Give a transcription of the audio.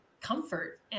comfort